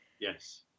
Yes